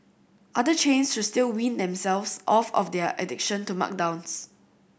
other chains should still wean themselves off of their addiction to markdowns